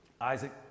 Isaac